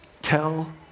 Tell